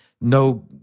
no